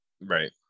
Right